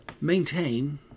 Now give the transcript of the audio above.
Maintain